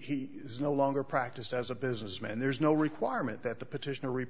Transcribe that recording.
he is no longer practiced as a businessman there's no requirement that the petitioner re